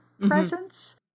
presence